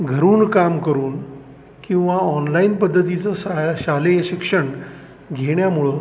घरून काम करून किंवा ऑनलाईन पद्धतीचं सा शालेय शिक्षण घेण्यामुळं